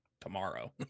tomorrow